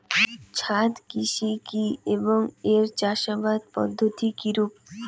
ছাদ কৃষি কী এবং এর চাষাবাদ পদ্ধতি কিরূপ?